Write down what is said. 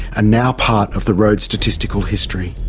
ah now part of the road's statistical history,